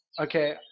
Okay